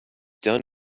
done